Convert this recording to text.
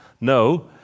No